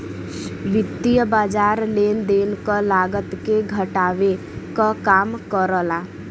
वित्तीय बाज़ार लेन देन क लागत के घटावे क काम करला